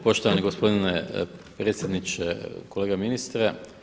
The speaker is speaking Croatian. Poštovani gospodine predsjedniče, kolega ministre.